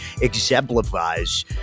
exemplifies